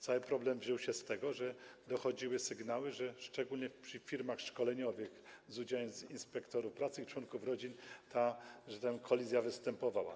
Cały problem wziął się z tego, że dochodziły sygnały, że szczególnie przy firmach szkoleniowych z udziałem inspektorów pracy i członków rodzin ta kolizja występowała.